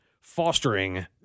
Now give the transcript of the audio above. fostering